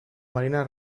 marina